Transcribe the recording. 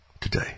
today